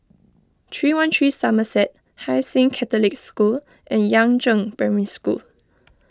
three one three Somerset Hai Sing Catholic School and Yangzheng Primary School